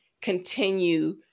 continue